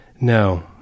no